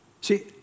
See